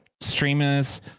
streamers